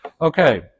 Okay